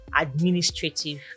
administrative